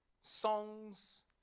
songs